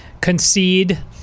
concede